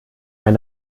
ein